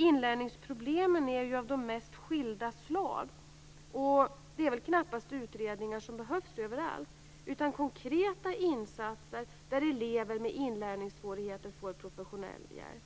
Inlärningsproblemen är ju av de mest skilda slag. Det är knappast utredningar som behövs överallt, utan konkreta insatser, där elever med inlärningssvårigheter får professionell hjälp.